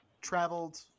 traveled